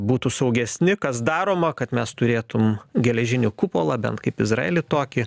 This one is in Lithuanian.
būtų saugesni kas daroma kad mes turėtum geležinį kupolą bent kaip izraely tokį